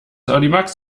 audimax